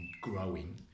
growing